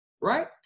right